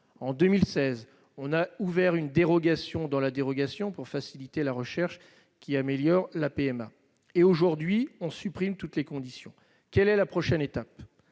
En 2016, on a ouvert une dérogation dans la dérogation afin de faciliter la recherche visant à améliorer la PMA. Aujourd'hui, on supprime toutes les conditions. Quelle est la prochaine étape ?